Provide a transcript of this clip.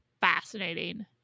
fascinating